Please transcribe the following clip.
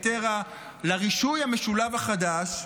לרישוי המשולב החדש,